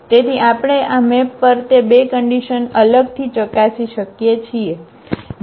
તેથી આપણે આ મેપ પર તે 2 કન્ડિશન અલગથી ચકાસી શકીએ છીએ